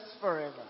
forever